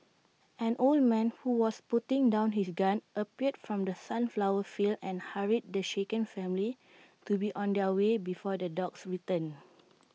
an old man who was putting down his gun appeared from the sunflower fields and hurried the shaken family to be on their way before the dogs return